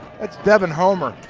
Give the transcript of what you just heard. that's devon homer,